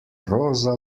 roza